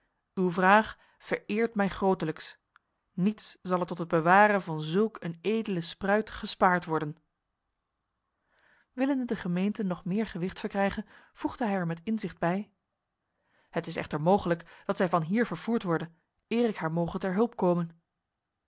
uw vraag vereert mij grotelijks niets zal er tot het bewaren van zulk een edele spruit gespaard worden willende de gemeente nog meer gewicht verkrijgen voegde hij er met inzicht bij het is echter mogelijk dat zij van hier vervoerd worde eer ik haar moge ter hulp komen